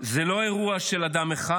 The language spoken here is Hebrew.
זה לא אירוע של אדם אחד,